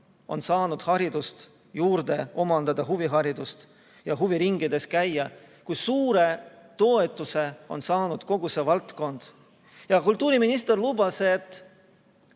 on nüüd saanud omandada huviharidust ja huviringides käia, kui suure toetuse on saanud kogu see valdkond. Ja kultuuriminister lubas, et